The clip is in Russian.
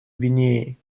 гвинеей